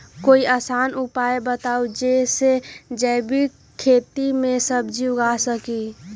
कोई आसान उपाय बताइ जे से जैविक खेती में सब्जी उगा सकीं?